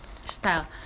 style